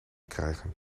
krijgen